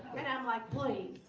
and i'm like please,